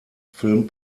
film